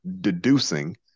deducing